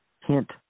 Hint